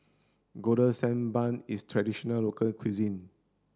golden sand bun is traditional local cuisine